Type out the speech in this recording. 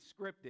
scripted